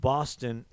boston